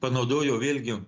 panaudojo vėlgi